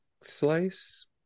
slice